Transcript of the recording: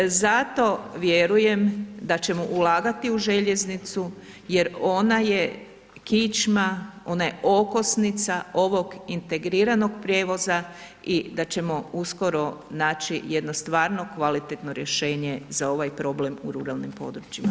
Zato vjerujem da ćemo ulagati u željeznicu jer ona je kičma, ona je okosnica ovog integriranog prijevoza i da ćemo uskoro naći jedno stvarno kvalitetno rješenje za ovaj problem u ruralnim područjima.